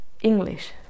English